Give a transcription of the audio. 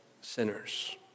sinners